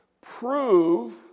Prove